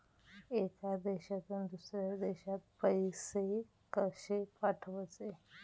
एका देशातून दुसऱ्या देशात पैसे कशे पाठवचे?